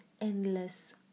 endless